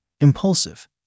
Impulsive